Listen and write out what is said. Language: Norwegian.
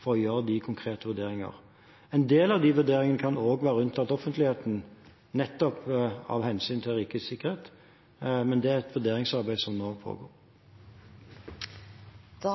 for å gjøre de konkrete vurderingene. En del av de vurderingene kan også være unntatt offentligheten, nettopp av hensyn til rikets sikkerhet, men det er et vurderingsarbeid som nå pågår. Eg